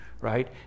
right